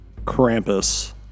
Krampus